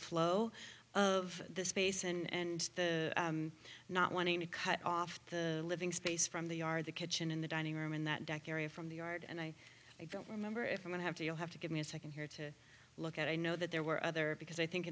flow of the space and the not wanting to cut off the living space from the are the kitchen in the dining room in that dockery from the yard and i don't remember if i'm going to have to you'll have to give me a second here to look at i know that there were other because i think